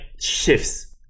shifts